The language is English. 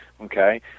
okay